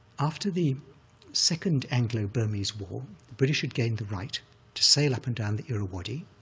after the second anglo-burmese war, the british had gained the right to sail up and down the irrawaddy,